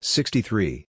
Sixty-three